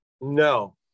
No